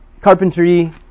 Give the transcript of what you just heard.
carpentry